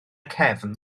cefn